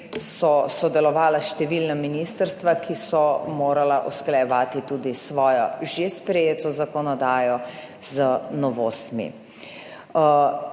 sodelovala številna ministrstva, ki so morala usklajevati tudi svojo že sprejeto zakonodajo z novostmi.